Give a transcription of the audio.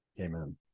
Amen